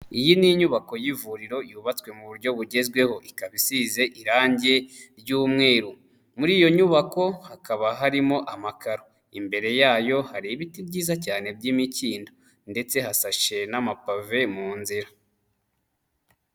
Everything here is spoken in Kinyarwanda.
Iyi ni inyubako y'ivuriro yubatswe mu buryo bugezweho ikaba isize irangi ry'umweru muri iyo nyubako hakaba harimo amakaro imbere yayo hari ibiti byiza cyane by'imikindo ndetse hasashe n'amapav mu nzira.